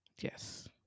Yes